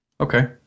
Okay